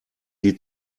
die